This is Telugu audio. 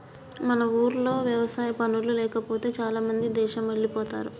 మన ఊర్లో వ్యవసాయ పనులు లేకపోతే చాలామంది దేశమెల్లిపోతారు